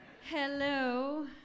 Hello